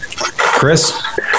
Chris